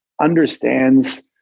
understands